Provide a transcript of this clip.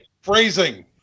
phrasing